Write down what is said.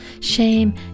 Shame